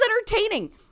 entertaining